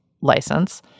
license